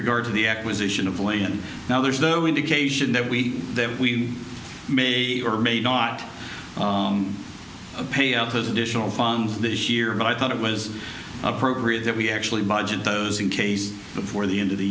regard to the acquisition of lay and now there's the indication that we have we may or may not pay out those additional funds this year but i thought it was appropriate that we actually budget those in case before the end of the